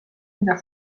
mida